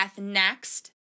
next